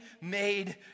made